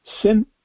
sin